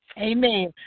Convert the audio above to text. Amen